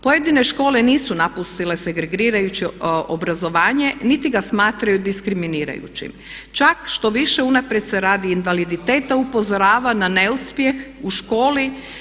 Pojedine škole nisu napustile segregirajuće obrazovanje niti ga smatraju diskriminirajućim, čak štoviše unaprijed se radi invaliditeta upozorava na neuspjeh u školi.